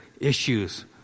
issues